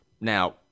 Now